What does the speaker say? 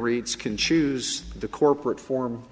reads can choose the corporate form